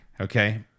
okay